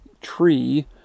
tree